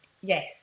yes